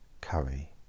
curry